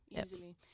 easily